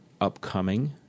upcoming